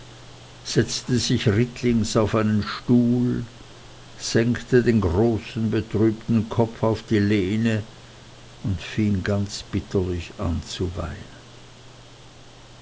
setzte sich rittlings auf einen stuhl senkte den großen betrübten kopf auf die lehne und fing ganz bitterlich an zu weinen